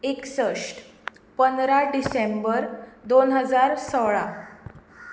एकसश्ट पंदरा डिसेंबर दोन हजार सोळा